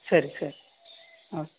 ಸರಿ ಸರಿ ಹಾಂ